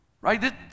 Right